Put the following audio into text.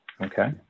okay